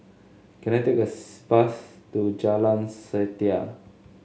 can I take a bus to Jalan Setia